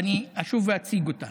ואני אשוב ואציג אותה: